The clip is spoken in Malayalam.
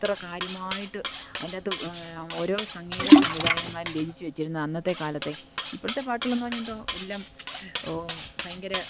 ഇത്ര കാര്യമായിട്ട് അതിൻ്റകത്ത് ഓരോ സംഗീത സംവിധായകന്മാർ രചിച്ച് വച്ചിരുന്നതാണ് അന്നത്തെ കാലത്തെ ഇപ്പോഴത്തെ പാട്ടുകളെന്ന് പറഞ്ഞാൽ എന്തോ എല്ലാം ഓഹ് ഭയങ്കര